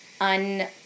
un